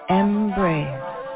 embrace